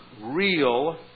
real